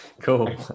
Cool